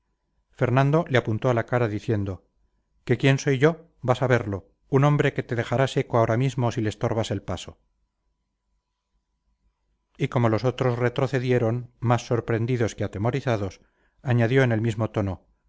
fernando le apuntó a la cara diciendo que quién soy vas a verlo un hombre que te dejará seco ahora mismo si le estorbas el paso y como los otros retrocedieron más sorprendidos que atemorizados añadió en el mismo tono